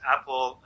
Apple